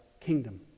kingdom